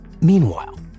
Meanwhile